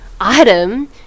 item